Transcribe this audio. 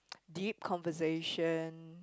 deep conversation